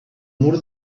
mur